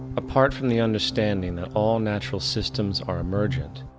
apart from the understanding that all natural systems are emergent,